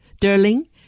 Darling